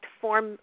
form